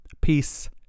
peace